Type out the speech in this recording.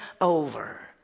over